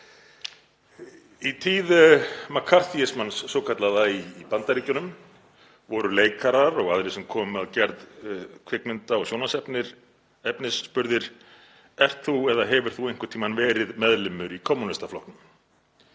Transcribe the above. Í tíð mccarthyismans svokallaða í Bandaríkjunum voru leikarar og aðrir sem komu að gerð kvikmynda og sjónvarpsefnis spurðir: Ert þú eða hefur þú einhvern tímann verið meðlimur í kommúnistaflokknum?